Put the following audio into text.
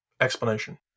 explanation